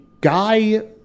guy